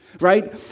Right